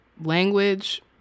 language